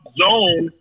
zone